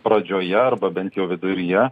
pradžioje arba bent jau viduryje